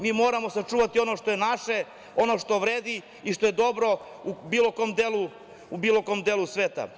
Mi moramo sačuvati ono što je naše, ono što vredi i što je dobro u bilo kom delu sveta.